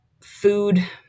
food